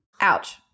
Ouch